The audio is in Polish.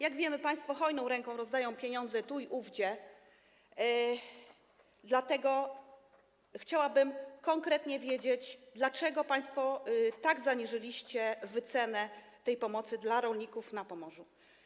Jak wiemy, państwo hojną ręką rozdają pieniądze tu i ówdzie, dlatego chciałabym konkretnie wiedzieć, dlaczego państwo tak zaniżyliście wycenę tej pomocy dla rolników na Pomorzu.